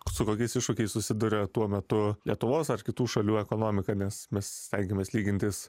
su kokiais iššūkiais susiduria tuo metu lietuvos ar kitų šalių ekonomika nes mes stengiamės lygintis